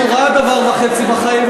שראה דבר וחצי בחיים,